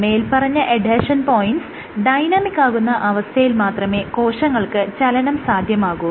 മേല്പറഞ്ഞ adhesion points dynamic ആകുന്ന അവസ്ഥയിൽ മാത്രമേ കോശങ്ങൾക്ക് ചലനം സാധ്യമാകൂ